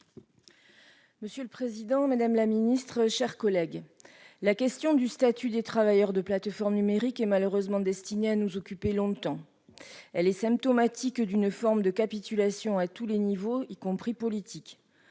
Monsieur le président, madame la ministre, mes chers collègues, la question du statut des travailleurs de plateformes numériques est malheureusement destinée à nous occuper longtemps ; elle est symptomatique d'une forme de capitulation à tous les niveaux, y compris à